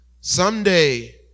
Someday